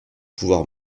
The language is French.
pouvoir